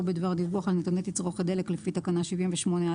בדבר דיווח על נתוני תצרוכת דלק לפי תקנה 78(א)(1)